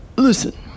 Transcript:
Listen